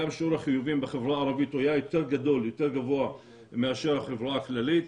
גם שיעור החיוביים בחברה הערבית היה יותר גבוה מאשר בחברה הכללית,